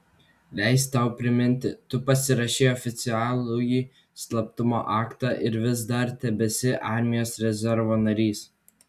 leisk tau priminti tu pasirašei oficialųjį slaptumo aktą ir vis dar tebesi armijos rezervo narys